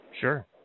Sure